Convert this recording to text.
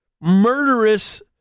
murderous